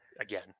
again